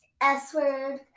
S-word